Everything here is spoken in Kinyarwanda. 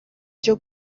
byo